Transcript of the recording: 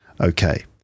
Okay